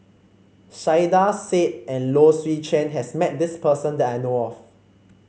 Saiedah Said and Low Swee Chen has met this person that I know of